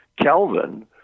Kelvin